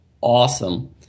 awesome